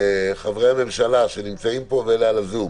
חברי הממשלה שנמצאים פה ואלה על הזום,